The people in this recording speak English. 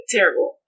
Terrible